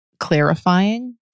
Clarifying